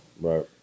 Right